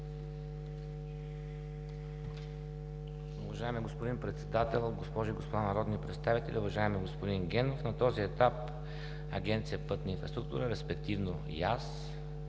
Уважаеми господин Председател, госпожи и господа народни представители, уважаеми господин Генов! На този етап Агенция „Пътна инфраструктура“, респективно и